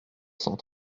cent